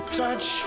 touch